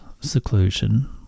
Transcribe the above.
seclusion